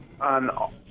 on